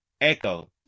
Echo